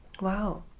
wow